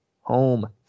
home